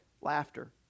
laughter